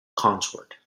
consort